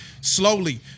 slowly